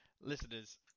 listeners